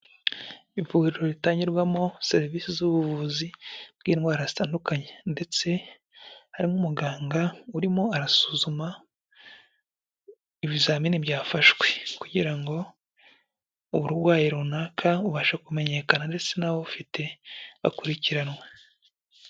Ivuriro ritangirwamo serivisi z'ubuvuzi bw'indwara zitandukanye ndetse harimo' umuganga urimo arasuzuma ibizamini byafashwe kugira ngo uburwayi runaka bubashe kumenyekana ndetse n'ababufite bakurikiranwa.